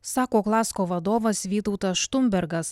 sako klasko vadovas vytautas štumbergas